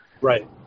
right